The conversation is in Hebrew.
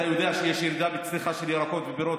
אתה יודע שיש ירידה בצריכה של ירקות ופירות